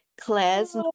Claire's